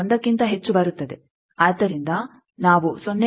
1ಕ್ಕಿಂತ ಹೆಚ್ಚು ಬರುತ್ತದೆ ಆದ್ದರಿಂದ ನಾವು 0